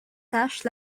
taches